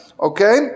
okay